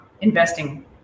investing